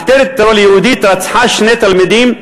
מחתרת טרור יהודית רצחה שני תלמידים,